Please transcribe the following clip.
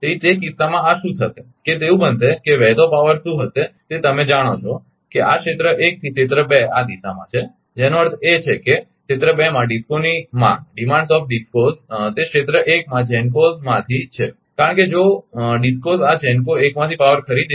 તેથી તે કિસ્સા માં શું થશે કે તેવું બનશે કે વહેતો પાવર શું છે તે તમે જાણો છો કે આ ક્ષેત્ર 1 થી ક્ષેત્ર 2 આ દિશામાં છે જેનો અર્થ છે કે ક્ષેત્ર 2 માં ડિસ્કોની માંગ તે ક્ષેત્ર 1 માં GENCOs માંથી જ છે કારણ કે જો DISCO આ GENCO 1 માંથી પાવર ખરીદે છે